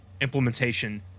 implementation